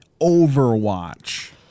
Overwatch